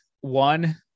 one